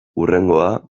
hurrengoa